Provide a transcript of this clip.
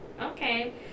okay